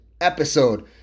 episode